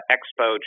Expo